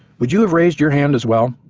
would you have raised your hand as well?